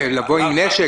לבוא עם נשק?